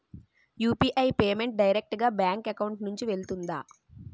UPI payment direct గా bank account నుంచి వెళ్తుందా?